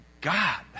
God